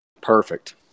Perfect